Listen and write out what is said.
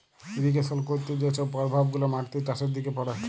irrigation ক্যইরতে যে ছব পরভাব গুলা মাটিতে, চাষের দিকে পড়ে